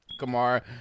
Kamara